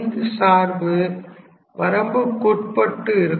இந்த சார்பு வரம்புக்குட்பட்டு இருக்கும்